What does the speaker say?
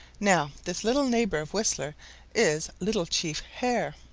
now this little neighbor of whistler is little chief hare.